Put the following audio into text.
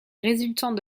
résultant